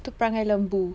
tu perangai lembu